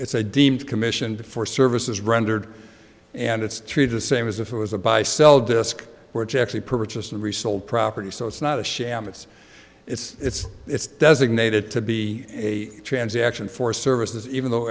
it's a deemed commission before services rendered and it's true the same as if it was a buy sell disk which actually purchased and resold property so it's not a sham it's it's it's it's designated to be a transaction for services even though